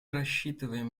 рассчитываем